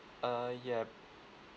uh yup